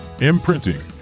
Imprinting